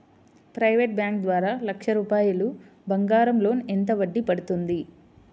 Private bank ద్వారా లక్ష రూపాయలు బంగారం లోన్ ఎంత వడ్డీ పడుతుంది?